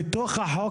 בתוך החוק,